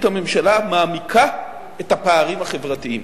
הממשלה מעמיקה את הפערים החברתיים.